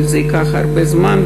אבל זה ייקח הרבה זמן,